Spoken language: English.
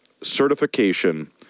certification